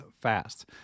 fast